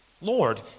Lord